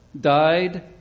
died